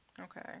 Okay